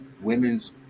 women's